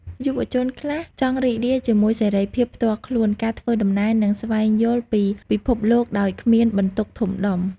យុវជនខ្លះចង់រីករាយជាមួយសេរីភាពផ្ទាល់ខ្លួន ការធ្វើដំណើរ និងស្វែងយល់ពីពិភពលោកដោយគ្មានបន្ទុកធំដុំ។